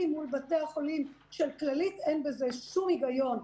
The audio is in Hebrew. מול בתי החולים של הכללית אין בזה שום היגיון.